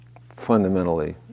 fundamentally